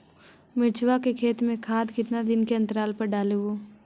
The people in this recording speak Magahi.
मिरचा के खेत मे खाद कितना दीन के अनतराल पर डालेबु?